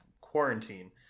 quarantine